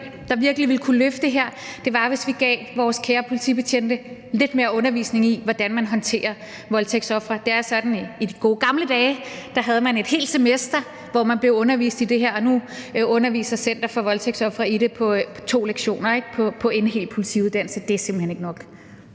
der virkelig ville kunne løfte det her, var, at vi gav vores kære politibetjente lidt mere undervisning i, hvordan man håndterer voldtægtsofre. Det er sådan, at man i de gode gamle dage havde et helt semester, hvor man blev undervist i det her, og nu underviser Center for Voldtægtsofre i det på to lektioner i en hel politiuddannelse. Det er simpelt hen ikke nok.